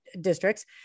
districts